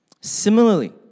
Similarly